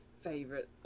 favorite